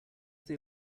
they